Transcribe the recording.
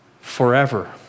forever